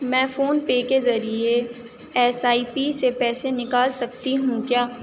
میں PhonePe کے ذریعے ایس آئی پی سے پیسے نکال سکتی ہوں کیا